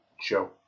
show